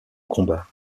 combat